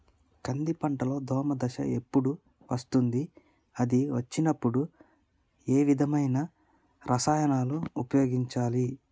కంది పంటలో దోమ దశ ఎప్పుడు వస్తుంది అది వచ్చినప్పుడు ఏ విధమైన రసాయనాలు ఉపయోగించాలి?